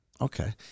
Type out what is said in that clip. Okay